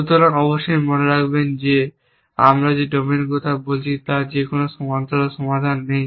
সুতরাং অবশ্যই মনে রাখবেন যে আমরা যে ডোমেনের কথা বলছি তার কোনও সমান্তরাল সমাধান নেই